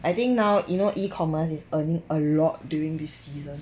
I think now you know e-commerce is earning a lot during this season